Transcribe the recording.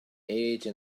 age